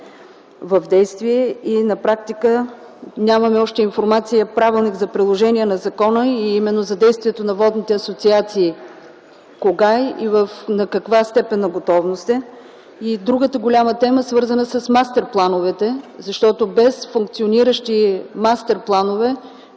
и половина? На практика нямаме още информация и правилник за приложение на закона и именно за действието на водните асоциации. Кога и в каква степен на готовност е? Другата голяма тема е свързана с мастер-плановете, защото без функциониращи мастер-планове